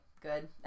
good